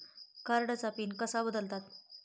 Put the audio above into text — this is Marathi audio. कार्डचा पिन कसा बदलतात?